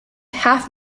half